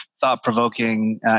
thought-provoking